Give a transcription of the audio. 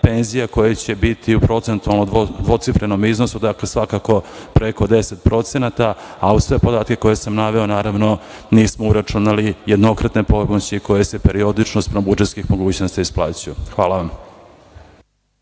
penzija koja će biti procentualno u dvocifrenom iznosu, dakle, svakako preko deset procenata, a uz sve podatke koje sam naveo, naravno, nismo uračunali jednokratne pomoći koje se periodično spram budžetskih mogućnosti isplaćuju. Hvala vam.U